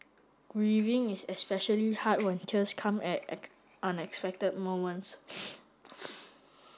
grieving is especially hard when tears come at unexpected moments